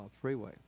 freeway